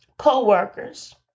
co-workers